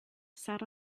sat